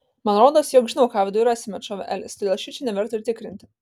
man rodos jog žinau ką viduj rasime atšovė elis todėl šičia neverta ir tikrinti